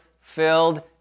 filled